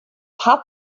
hat